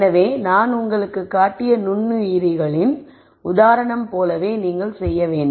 எனவே நான் உங்களுக்குக் காட்டிய நுண்ணுயிரிகளின் உதாரணம் போலவே நீங்கள் செய்ய வேண்டும்